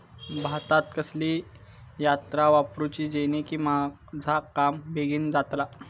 भातात कसली यांत्रा वापरुची जेनेकी माझा काम बेगीन जातला?